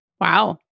Wow